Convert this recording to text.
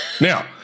Now